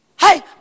Hey